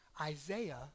Isaiah